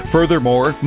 Furthermore